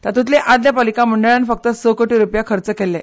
तातूंतले आदल्या पालिका मंडळान फकत स कोटी रुपया खर्च केल्ले